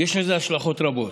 יש לזה השלכות רבות.